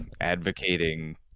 Advocating